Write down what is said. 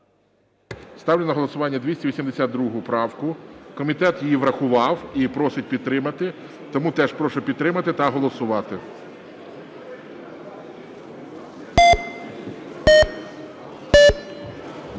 Ставлю на голосування 282 правку, комітет її врахував і просить підтримати, тому теж прошу підтримати та голосувати.